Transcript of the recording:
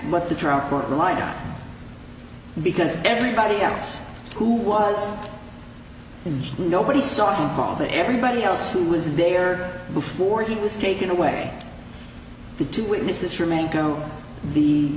court relied on because everybody else who was in nobody saw him fall but everybody else who was there before he was taken away the two witnesses remained go the